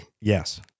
Yes